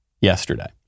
yesterday